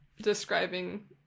describing